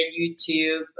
YouTube